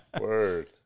word